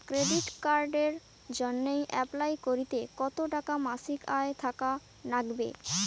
Credit কার্ডের জইন্যে apply করিতে কতো টাকা মাসিক আয় থাকা নাগবে?